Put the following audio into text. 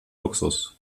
luxus